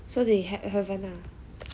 so they haven't ah